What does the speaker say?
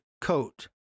coat